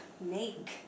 make